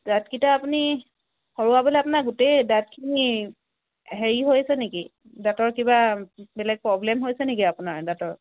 দাঁতকেইটা আপুনি সৰোৱাবলৈ আপোনাৰ গোটেই দাঁতখিনি হেৰি হৈছে নেকি দাঁতৰ কিবা বেলেগ প্ৰব্লেম হৈছে নেকি আপোনাৰ দাঁতৰ